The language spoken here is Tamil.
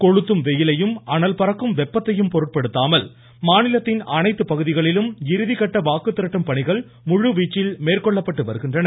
கொளுத்தும் வெயிலையும் அனல்பறக்கும் வெப்பத்தையும் பொருட்படுத்தாமல் மாநிலத்தின் அனைத்து பகுதிகளிலும் இறுதிகட்ட வாக்கு திரட்டும் பணிகள் முழுவீச்சில் மேற்கொள்ளப்பட்டு வருகின்றன